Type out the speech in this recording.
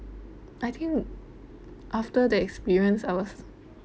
I think after the experience I was